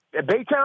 Baytown